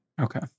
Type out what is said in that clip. Okay